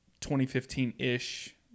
2015-ish